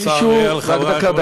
השר אריאל, רק דקה.